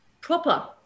proper